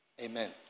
Amen